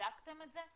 בדקתם את זה?